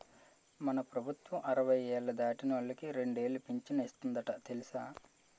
మన ప్రభుత్వం అరవై ఏళ్ళు దాటినోళ్ళకి రెండేలు పింఛను ఇస్తందట తెలుసా